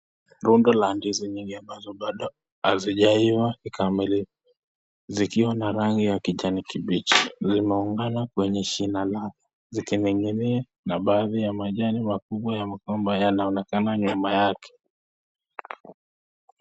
Rundo la ndizi mingi ambazo hazijaiva kikamili zikiwa na rangi ya kijani kibichi. Zimeungana kwenye shina lake zikiningingia na baadhi ya majani kubwa ya migomba yanaonekana nyuma yake.